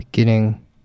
Beginning